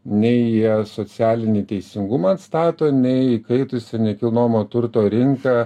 nei jie socialinį teisingumą atstato nei įkaitusią nekilnojamo turto rinką